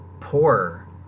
poor